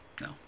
no